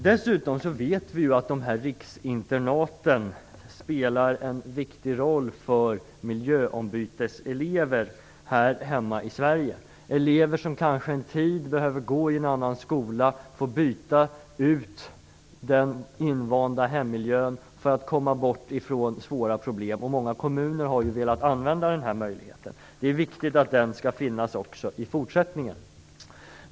Dessutom vet vi att riksinternaten spelar en viktig roll för miljöombyteselever här hemma i Sverige, elever som kanske en tid behöver gå i en annan skola, få byta ut den invanda hemmiljön för att komma bort från svåra problem. Många kommuner har velat använda den möjligheten. Det är viktigt att den finns också i fortsättningen.